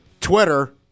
Twitter